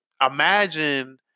imagine